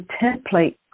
template